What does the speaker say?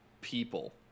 people